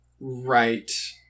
right